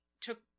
took